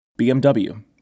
BMW